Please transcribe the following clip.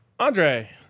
Andre